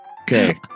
Okay